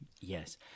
Yes